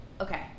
Okay